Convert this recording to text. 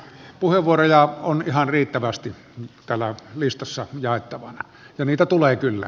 puheenvuoroja on ihan riittävästi täällä listassa jaettavana ja niitä tulee kyllä